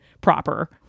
proper